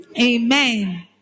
Amen